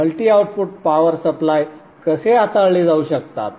multi output power supply कसे हाताळले जाऊ शकतात